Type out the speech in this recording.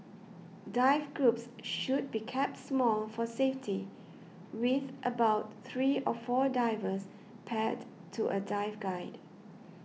dive groups should be kept small for safety with about three or four divers paired to a dive guide